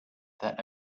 that